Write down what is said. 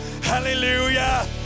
Hallelujah